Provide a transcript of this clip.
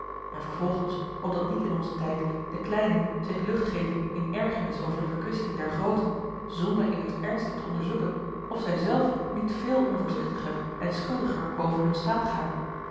en vervolgens opdat niet in onzen tijd de kleinen zich lucht geven in ergernis over de verkwisting der grooten zonder eerst ernstig te onderzoeken of zij zelf niet veel onvoorzichtiger en schuldiger boven hun staat gaan